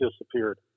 disappeared